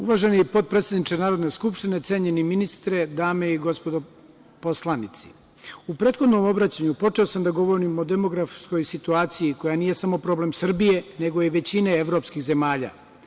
Uvaženi potpredsedniče Narodne skupštine, cenjeni ministre, dame i gospodo poslanici, u prethodnom obraćanju počeo sam da govorim o demografskoj situaciji, koja nije samo problem Srbije, nego i većine evropskih zemalja.